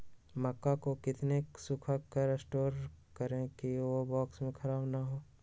मक्का को कितना सूखा कर स्टोर करें की ओ बॉक्स में ख़राब नहीं हो?